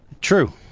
True